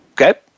Okay